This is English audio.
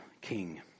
king